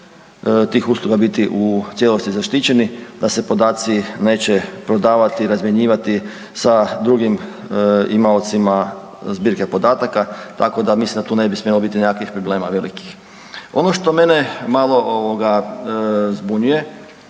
tih usluga biti u cijelosti zaštićeni, da se podaci neće prodavati, razmjenjivati sa drugim imaocima zbirke podataka tako da mislim da tu ne bi smjelo biti nekakvih problema velikih. Ono što mene malo zbunjuje